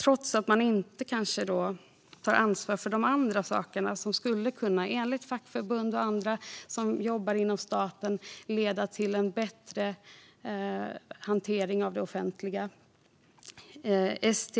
Det gör man trots att man inte tar ansvar för de andra saker som enligt fackförbund och andra som jobbar inom staten skulle kunna leda till en bättre hantering av det offentliga.